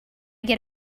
get